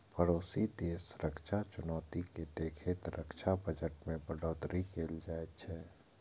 पड़ोसी देशक रक्षा चुनौती कें देखैत रक्षा बजट मे बढ़ोतरी कैल जाइ छै